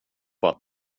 bara